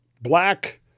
black